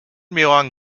milan